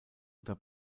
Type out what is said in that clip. oder